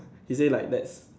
he say like that's